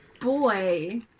boy